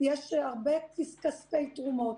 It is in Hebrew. יש הרבה כספי תרומות.